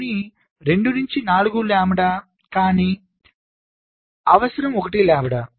దీనిని 2 నుంచి 4 వ లాంబ్డా కానీ అవసరం 1 లాంబ్డా